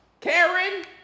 karen